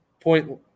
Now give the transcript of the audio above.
point